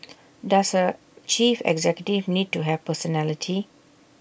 does A chief executive need to have personality